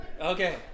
Okay